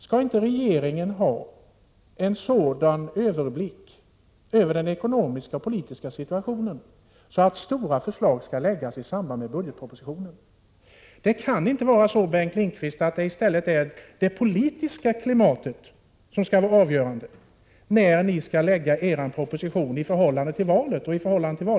Skall inte regeringen ha en sådan överblick över den ekonomiska och politiska situationen att stora förslag kan läggas fram i samband med budgetpropositionen? Det är inte, Bengt Lindqvist, det politiska klimatet som skall vara avgörande för när i förhållande till valet och valdebatten som ni lägger fram era propositioner!